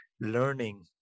learning